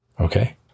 Okay